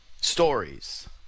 Stories